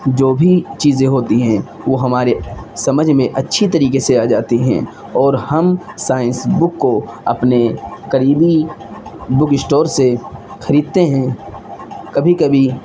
جو بھی چیزیں ہوتی ہیں وہ ہمارے سمجھ میں اچھی طریقے سے آ جاتی ہیں اور ہم سائنس بک کو اپنے قریبی بک اسٹور سے خریدتے ہیں کبھی کبھی